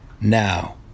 now